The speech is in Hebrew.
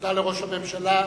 תודה לראש הממשלה.